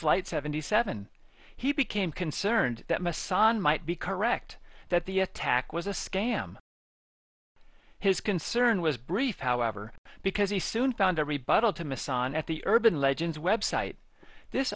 flight seventy seven he became concerned that masonic might be correct that the attack was a scam his concern was brief however because he soon found a rebuttal to miss on at the urban legends website this